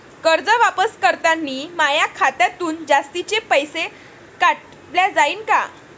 कर्ज वापस करतांनी माया खात्यातून जास्तीचे पैसे काटल्या जाईन का?